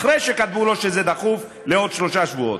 אחרי שכתבו לו שזה דחוף, לעוד שלושה שבועות.